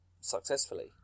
successfully